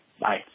bye